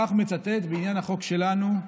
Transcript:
כך הוא מצטט בעניין החוק שלנו,